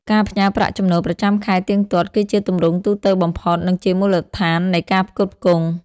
ការផ្ញើប្រាក់ចំណូលប្រចាំខែទៀងទាត់ គឺជាទម្រង់ទូទៅបំផុត និងជាមូលដ្ឋាននៃការផ្គត់ផ្គង់។